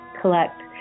collect